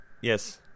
yes